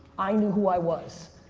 i knew who i was.